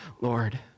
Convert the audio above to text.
Lord